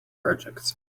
projects